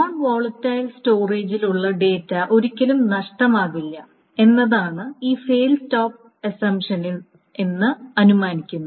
non volatile സ്റ്റോറേജിലുള്ള data ഒരിക്കലും നഷ്ടമാകില്ല എന്നതാണ് ഈ ഫേൽ സ്റ്റോപ് അസമ്പ്ഷനിൽ എന്ന് അനുമാനിക്കുന്നു